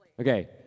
Okay